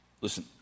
Listen